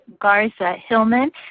Garza-Hillman